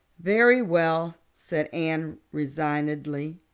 very well, said anne resignedly.